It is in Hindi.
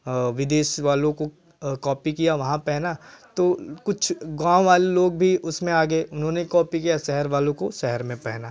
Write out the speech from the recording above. विदेश वालों को कॉपी किया वहाँ पहना तो कुछ गाँव वाले लोग भी उसमें आ गए उन्होंने कॉपी किया शहर वालों को शहर में पहना